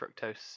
fructose